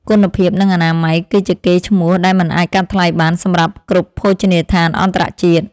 គុណភាពនិងអនាម័យ គឺជាកេរ្តិ៍ឈ្មោះដែលមិនអាចកាត់ថ្លៃបានសម្រាប់គ្រប់ភោជនីយដ្ឋានអន្តរជាតិ។